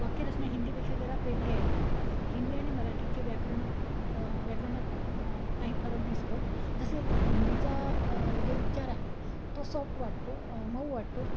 वाक्यरचना हिंदीपेक्षा जरा वेगळी आहे हिंदी आणि मराठीचे व्याकरणात व्याकरणात काही फरक दिसतो जसे हिंदीचा जो उच्चार आहे तो सॉफ्ट वाटतो मऊ वाटतो